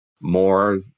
More